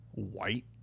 White